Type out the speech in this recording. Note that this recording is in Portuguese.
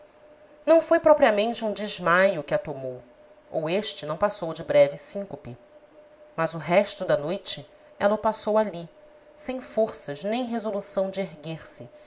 não foi propriamente um desmaio que a tomou ou este não passou de breve síncope mas o resto da noite ela o passou ali sem forças nem resolução de erguer-se